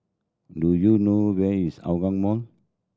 do you know where is Hougang Mall